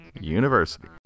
University